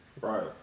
Right